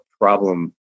problem